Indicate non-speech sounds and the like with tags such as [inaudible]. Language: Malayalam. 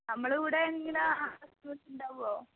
നമ്മൾ ഇവിടെ [unintelligible] ഉണ്ടാവുമോ